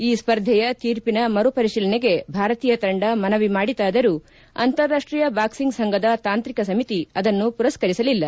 ಈ ಸ್ಪರ್ಧೆಯ ತೀರ್ಷಿನ ಮರುಪರಿಶೀಲನೆಗೆ ಭಾರತೀಯ ತಂಡ ಮನವಿ ಮಾಡಿತಾದರೂ ಅಂತಾರಾಷ್ಟೀಯ ಬಾಕ್ಸಿಂಗ್ ಸಂಘದ ತಾಂತ್ರಿಕ ಸಮಿತಿ ಅದನ್ನು ಪುರಸ್ಕರಿಸಲಿಲ್ಲ